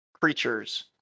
creatures